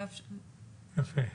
יפה.